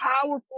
powerful